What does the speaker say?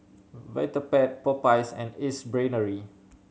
Vitapet Popeyes and Ace Brainery